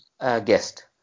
guest